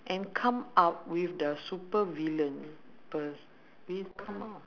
and come up with the super villain per~ vi~ come u~